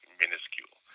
minuscule